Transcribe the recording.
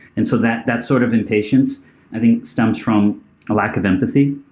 and so that that sort of impatience i think stems from a lack of empathy.